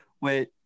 Wait